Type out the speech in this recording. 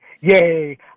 Yay